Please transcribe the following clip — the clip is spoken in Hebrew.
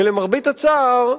ולמרבה הצער,